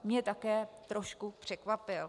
Mě také trošku překvapil.